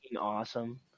awesome